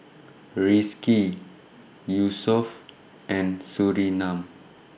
Rizqi Yusuf and Surinam